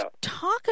Talk